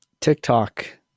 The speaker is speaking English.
TikTok